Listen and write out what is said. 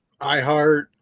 iheart